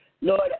Lord